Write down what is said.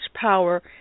power